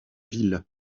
ville